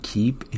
keep